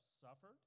suffered